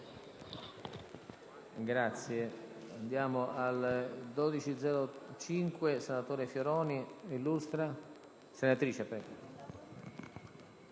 Grazie,